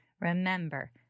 remember